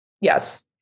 Yes